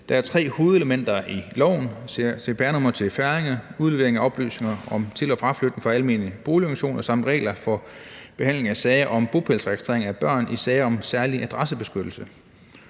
Der er tre hovedelementer i lovforslaget: cpr-nummer til færinger, udlevering af oplysninger om til- og fraflytning for almene boligorganisationer samt regler for behandling af sager om bopælsregistrering af børn i sager om særlig adressebeskyttelse.